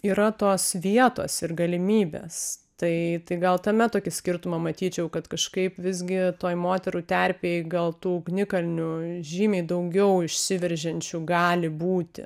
yra tos vietos ir galimybės tai gal tame tokį skirtumą matyčiau kad kažkaip visgi toj moterų terpėj gal tų ugnikalnių žymiai daugiau išsiveržiančių gali būti